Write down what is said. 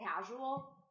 casual